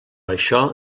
això